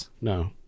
no